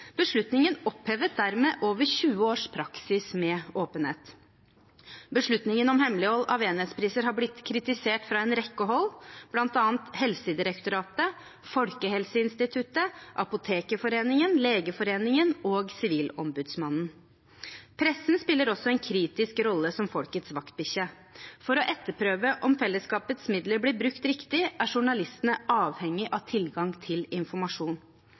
Beslutningen opphevet dermed over 20 års praksis med åpenhet. Beslutningen om hemmelighold av enhetspriser har blitt kritisert fra en rekke hold, bl.a. Helsedirektoratet, Folkehelseinstituttet, Apotekerforeningen, Legeforeningen og Sivilombudsmannen. Pressen spiller også en kritisk rolle som folkets vaktbikkje. For å etterprøve om fellesskapets midler blir brukt riktig, er journalistene avhengig av tilgang til informasjon.